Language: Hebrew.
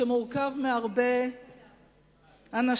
שמורכב מהרבה אנשים,